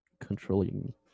controlling